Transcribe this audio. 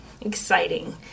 Exciting